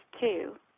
Two